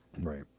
Right